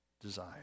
desire